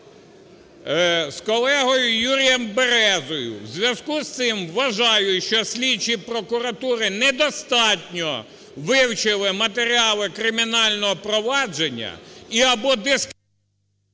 з колегою Юрієм Березою. У зв'язку з цим вважаю, що слідчі прокуратури недостатньо вивчили матеріали кримінального провадження і або…